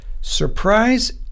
surprise